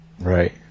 right